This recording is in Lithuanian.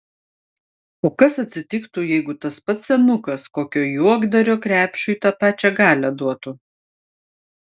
o kas atsitiktų jeigu tas pats senukas kokio juokdario krepšiui tą pačią galią duotų